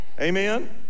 Amen